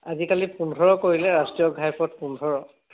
আজিকালি পোন্ধৰ কৰিলে ৰাষ্ট্ৰীয় ঘাই পথ পোন্ধৰ